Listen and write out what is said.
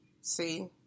See